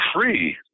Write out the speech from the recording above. free